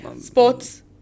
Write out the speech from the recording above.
Sports